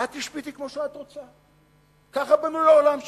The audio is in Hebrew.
את תשפטי כמו שאת רוצה, ככה בנוי העולם שלי.